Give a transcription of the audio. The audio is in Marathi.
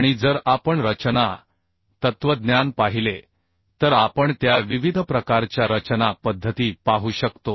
आणि जर आपण रचना तत्त्वज्ञान पाहिले तर आपण त्या विविध प्रकारच्या रचना पद्धती पाहू शकतो